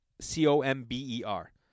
C-O-M-B-E-R